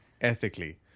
Ethically